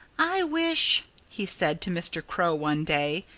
i wish he said to mr. crow one day,